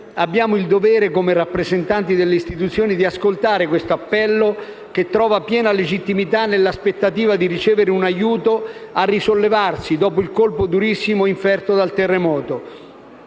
abbiamo il dovere, come rappresentanti delle istituzioni, di ascoltare questo appello, che trova piena legittimità nell'aspettativa di ricevere un aiuto a risollevarsi dopo il colpo durissimo inferto dal terremoto.